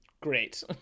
Great